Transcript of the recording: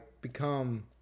become